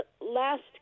last